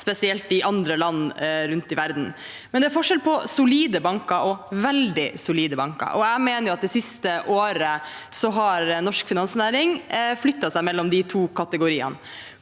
spesielt i andre land rundt om i verden. Men det er forskjell på solide banker og veldig solide banker, og jeg mener at det siste året har norsk finansnæring flyttet seg mellom de to kategoriene,